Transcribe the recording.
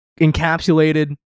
encapsulated